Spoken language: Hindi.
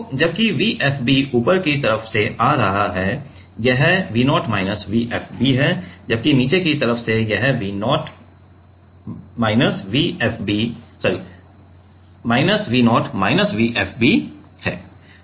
तो जबकि V FB ऊपर की तरफ से आ रहा है यह V 0 माइनस V FB है जबकि नीचे की तरफ से यह minus V 0 minus V FB है